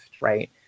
right